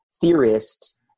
theorist